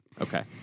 Okay